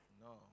No